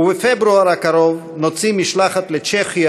ובפברואר הקרוב נוציא משלחת לצ'כיה